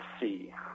see